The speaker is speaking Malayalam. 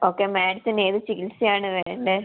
ഓക്കെ മാഡത്തിന് ഏത് ചികിത്സ ആണ് വേണ്ടത്